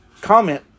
comment